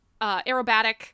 aerobatic